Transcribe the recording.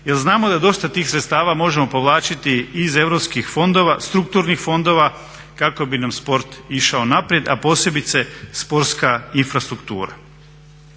jer znamo da dosta tih sredstava možemo povlačiti iz europskih fondova, strukturnih fondova kako bi nam sport išao naprijed, a posebice sportska infrastruktura.